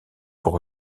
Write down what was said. pour